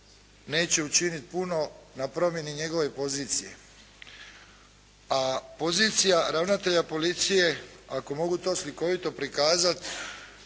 neće učiniti puno na promjeni njegove pozicije. A pozicija ravnatelja policije, ako mogu to slikovito prikazati,